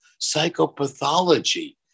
psychopathology